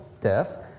death